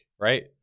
right